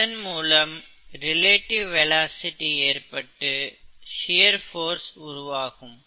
இதன் மூலம் relative velocity ஏற்பட்டு ஷியர் போர்ஸ் உருவாகும்